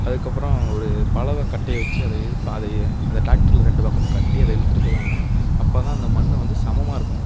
அதுக்கப்புறம் ஒரு பலவக்கட்டையை வச்சு அதை இழு அதை அதி ட்ராக்டரில் ரெண்டு பக்கமும் கட்டி அதை இழுத்துட்டு போவாங்க அப்போதான் அந்த மண் வந்து சமமாக இருக்கும்